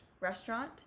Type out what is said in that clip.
restaurant